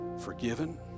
forgiven